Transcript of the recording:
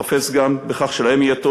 ואני חפץ גם בכך שלהם יהיה טוב,